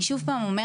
אני שוב אומרת,